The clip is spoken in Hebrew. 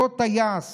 אותו טייס